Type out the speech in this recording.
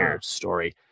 story